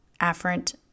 afferent